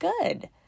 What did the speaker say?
good